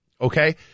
Okay